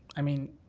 i mean,